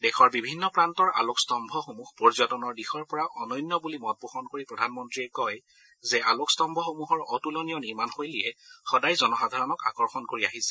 দেশৰ বিভিন্ন প্ৰান্তৰ আলোকস্তম্ভসমূহ পৰ্যটনৰ দিশৰ পৰা অনন্য বুলি মত পোষণ কৰি প্ৰধানমন্ত্ৰীয়ে কয় যে আলোকস্তম্ভসমূহৰ অতুলনীয় নিৰ্মণশৈলীয়ে সদায় জনসাধাৰণক আকৰ্ষণ কৰি আহিছে